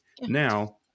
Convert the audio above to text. now